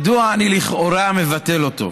מדוע אני לכאורה מבטל אותו?